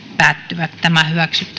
päättyvät